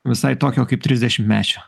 visai tokio kaip trisdešimtmečio